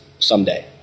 Someday